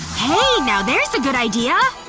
hey! now there's a good idea!